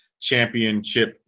championship